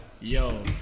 Yo